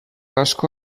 asko